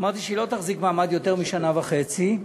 שהיא לא תחזיק מעמד יותר משנה וחצי,